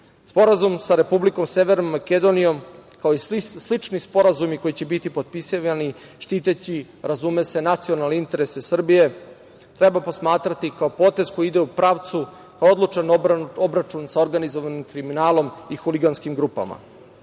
Sporazum sa Republikom Severnom Makedonijom, kao i svi slični sporazumi koji će biti potpisivani, štiteći razume se, nacionalne interese Srbije treba posmatrati kao potez koji ide u pravcu odlučne odbrane sa organizovanim kriminalom i huliganskim grupama. Narod